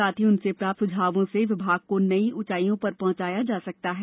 साथ ही उनसे प्राप्त सुझावों से विभाग को नई ऊंचाईयों पर पहुंचाया जा सकता है